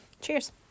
cheers